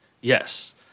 Yes